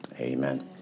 Amen